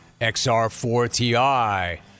XR4TI